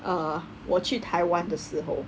uh 我去台湾的时候